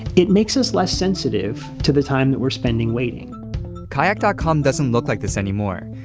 it makes us less sensitive to the time that we're spending waiting kayak dot com doesn't look like this anymore,